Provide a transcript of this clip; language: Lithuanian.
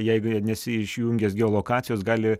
jeigu nesi išjungęs geolokacijos gali